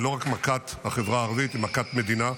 היא לא רק מכת החברה הערבית, היא מכת מדינה.